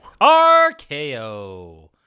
RKO